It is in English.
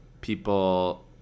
people